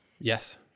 Yes